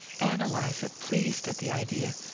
ann eliza, pleased at the idea,